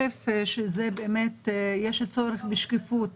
אל"ף, יש צורך בשקיפות